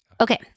Okay